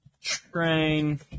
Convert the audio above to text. Train